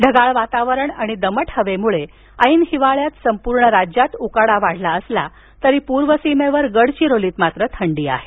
ढगाळ वातावरण आणि दमट हवेमुळे ऐन हिवाळ्यात संपूर्ण राज्यात उकाडा वाढला असला तरी पूर्वसीमेवर गडचिरोलीत थंडी आहे